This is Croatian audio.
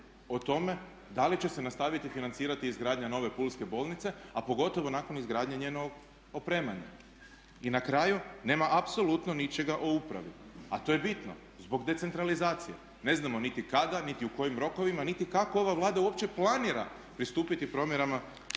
o tome da li će se nastaviti financirati izgradnja nove pulske bolnice a pogotovo nakon izgradnje njenog opremanja. I na kraju nema apsolutno ničega o upravi a to je bitno zbog decentralizacije. Ne znamo niti kada, niti u kojim rokovima niti kako ova Vlada uopće planira pristupiti promjenama